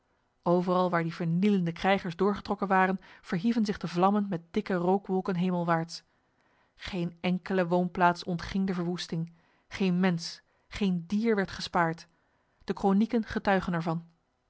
overal waar die vernielende krijgers doorgetrokken waren verhieven zich de vlammen met dikke rookwolken hemelwaarts geen enkele woonplaats ontging de verwoesting geen mens geen dier werd gespaard de kronieken getuigen ervan